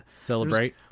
Celebrate